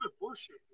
bullshit